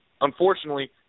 Unfortunately